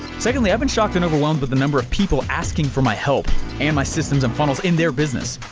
secondly, i've been shocked and overwhelmed with the number of people asking for my help and my systems and funnels in their business.